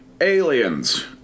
Aliens